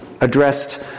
addressed